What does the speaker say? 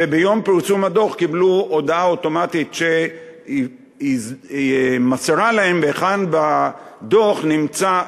וביום פרסום הדוח קיבלו הודעה אוטומטית שמסרה להם היכן בדוח נמצא,